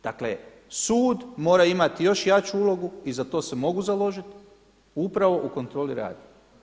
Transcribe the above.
Dakle sud mora imati još jaču ulogu i za to se mogu založiti upravo u kontroli rada.